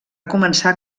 començar